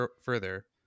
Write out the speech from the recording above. further